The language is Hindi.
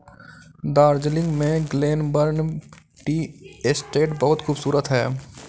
दार्जिलिंग में ग्लेनबर्न टी एस्टेट बहुत खूबसूरत है